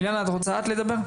אילנה את רוצה את לדבר?